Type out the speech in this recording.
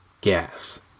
gas